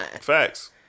Facts